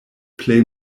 plej